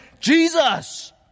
Jesus